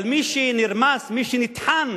אבל מי שנרמס, מי שנטחן